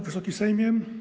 Wysoki Sejmie!